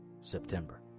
September